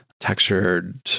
textured